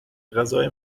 غذای